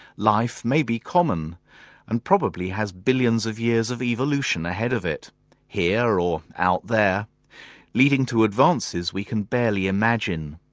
life may be common and probably has billions of years of evolution ahead of it here or out there leading to advances we can barely imagine.